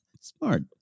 Smart